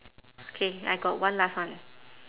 okay I got one last one